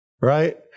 right